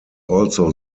also